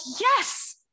yes